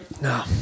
No